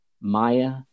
Maya